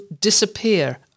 disappear